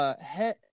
head